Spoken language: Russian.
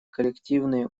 коллективные